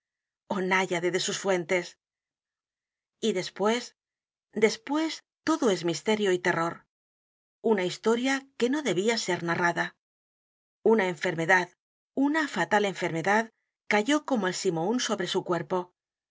náyade de sus fuentes y después después todo es misterio y t e r r o r una historia que no debía ser n a r r a d a una enfermedad una fatal enfermedad cayó como el simoún sobre su cuerpo